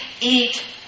eat